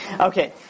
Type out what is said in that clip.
Okay